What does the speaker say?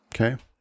Okay